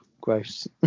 Gross